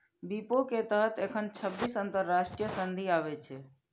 विपो के तहत एखन छब्बीस अंतरराष्ट्रीय संधि आबै छै